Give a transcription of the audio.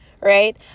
right